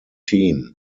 team